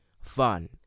fun